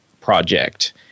project